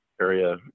area